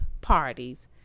parties